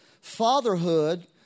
fatherhood